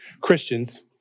Christians